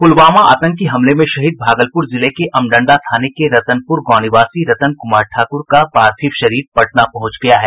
पुलवामा आतंकी हमले में शहीद भागलपुर जिले के अमडंडा थाने के रतनपुर गांव निवासी रतन कुमार ठाकुर का पार्थिव शरीर पटना पहुंच गया है